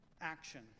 action